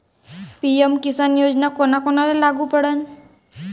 PM Kisan Yojana कोना कोनाले लागू पडन?